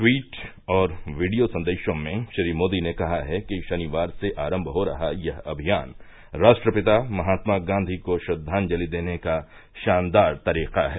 tweet और video संदेशों में श्री मोदी ने कहा है कि शनिवार से आरम्भ हो रहा यह अभियान राष्ट्रपिता महात्मा गांधी को श्रद्वांजलि देने का शानदार तरीका है